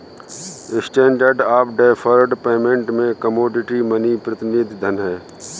standard of deferred payment में commodity money प्रतिनिधि धन हैं